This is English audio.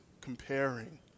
comparing